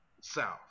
south